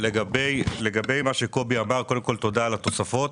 לגבי מה שקובי אמר, קודם כל תודה על התוספות.